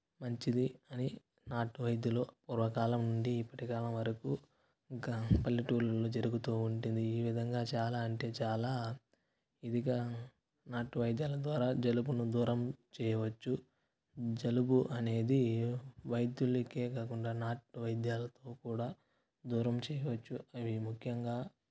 మంచిది అని నాటు వైద్యులు పూర్వకాలం నుండి ఇప్పటి కాలం వరకు ఇంకా పల్లెటూరుల్లో జరుగుతూ ఉంటాది ఈ విధంగా చాలా అంటే చాలా ఇదిగా నాటు వైద్యాల ద్వారా జలుబును దూరం చేయవచ్చు జలుబు అనేది వైద్యులకే కాకుండా నాటువైద్యాలకు కూడా దూరం చేయవచ్చు ఇవి ముఖ్యంగా